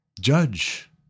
judge